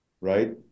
right